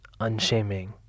unshaming